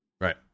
Right